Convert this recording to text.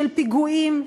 של פיגועים,